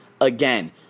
again